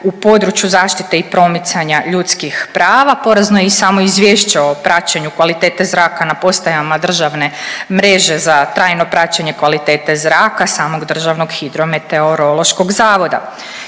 u području zaštite i promicanja ljudskih prava. Porazno je i samo izvješće o praćenju kvalitete zraka na postajama državne mreže za trajno praćenje kvalitete zraka samog Hrvatskog hidrometeorološkog zavoda.